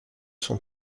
son